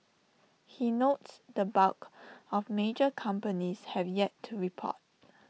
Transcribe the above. he notes the bulk of major companies have yet to report